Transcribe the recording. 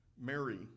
Mary